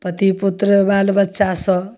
पति पुत्र बाल बच्चासँ